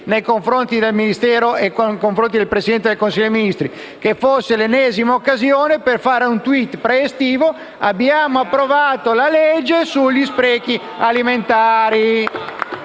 nei confronti del Ministero e del Presidente del Consiglio dei ministri. Forse è l'ennesima occasione per fare un *tweet* pre-estivo del tipo: «Abbiamo approvato la legge sugli sprechi alimentari».